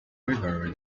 river